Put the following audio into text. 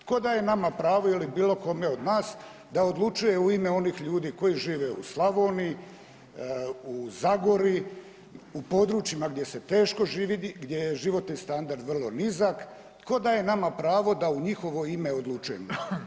Tko daje nama pravo ili bilo kome od nas da odlučuje u ime onih ljudi koji žive u Slavoniji, u Zagori, u područjima gdje se teško živi gdje je životni standard vrlo nizak tko daje nama pravo da u njihovo ime odlučujemo?